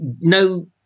No